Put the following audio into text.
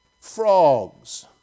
Frogs